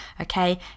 okay